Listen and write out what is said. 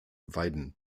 weiden